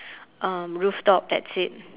um rooftop that's it